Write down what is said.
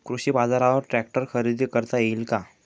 कृषी बाजारवर ट्रॅक्टर खरेदी करता येईल का?